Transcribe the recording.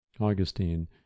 Augustine